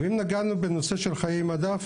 אם נגענו בנושא של חיי מדף,